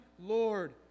Lord